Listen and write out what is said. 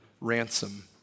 ransom